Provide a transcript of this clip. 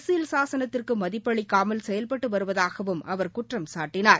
அரசியல் சாசனத்திற்கு மதிப்பளிக்காமல் செயல்பட்டு வருவதாகவும் அவர் குற்றம் சாட்டினார்